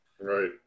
Right